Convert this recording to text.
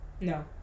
No